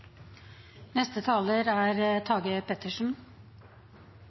neste talar då er